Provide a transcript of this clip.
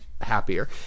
Happier